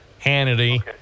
Hannity